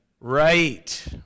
Right